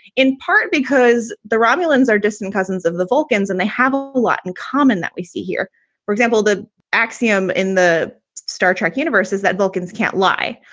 in part because the romulans are distant cousins of the vulcans and they have a lot in common that we see here for example, the axiom in the star trek universe is that vulcans can't lie,